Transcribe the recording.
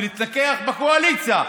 להתנגח בקואליציה.